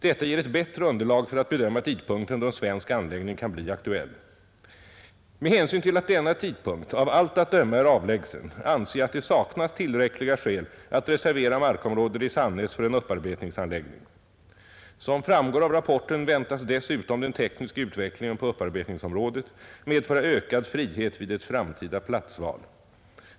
Detta ger ett bättre underlag för att bedöma tidpunkten då en svensk anläggning kan bli aktuell. Med hänsyn till att denna tidpunkt av allt att döma är avlägsen anser jag att det saknas tillräckliga skäl att reservera markområdet i Sannäs för en upparbetningsanläggning. Som framgår av rapporten väntas dessutom den tekniska utvecklingen på upparbetningsområdet medföra ökad frihet vid ett framtida platsval.